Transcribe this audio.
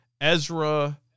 Ezra